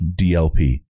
dlp